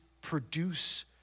produce